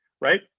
right